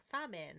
famine